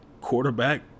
quarterback